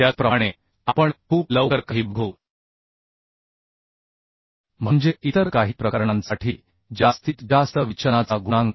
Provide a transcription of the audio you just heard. त्याचप्रमाणे आपण खूप लवकर काही बघू म्हणजे इतर काही प्रकरणांसाठी जास्तीत जास्त विचलनाचा गुणांक